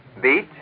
Beat